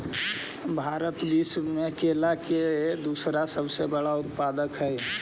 भारत विश्व में केला के दूसरा सबसे बड़ा उत्पादक हई